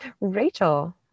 Rachel